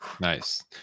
Nice